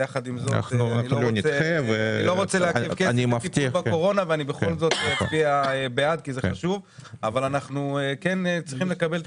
אבל אני לא רוצה לעכב ואצביע בעד כי זה חשוב אבל אנחנו צריכים לקבל-